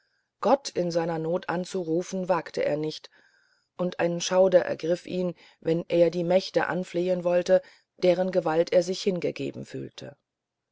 gott in seiner not anzurufen wagte er nicht und ein schauder ergriff ihn wenn er die mächte anflehen wollte deren gewalt er sich hingegeben fühlte